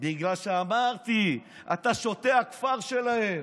בגלל שאמרתי: אתה שוטה הכפר שלהם,